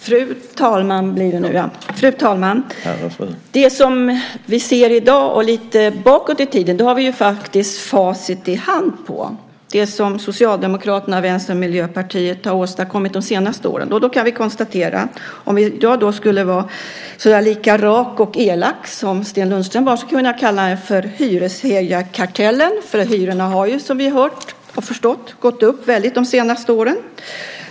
Fru talman! Det vi ser i dag och lite bakåt i tiden har vi ju faktiskt facit i hand på, alltså det som Socialdemokraterna, Vänstern och Miljöpartiet har åstadkommit de senaste åren. Då kan vi konstatera att om jag skulle vara lika rak och elak som Sten Lundström var så skulle jag kunna kalla dem för hyreshöjarkartellen, för hyrorna har ju, som vi har hört och förstått, gått upp väldigt de senaste åren.